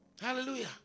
Hallelujah